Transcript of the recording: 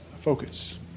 focus